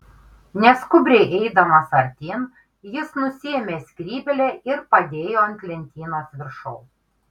neskubriai eidamas artyn jis nusiėmė skrybėlę ir padėjo ant lentynos viršaus